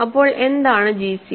അപ്പോൾ എന്താണ് gcd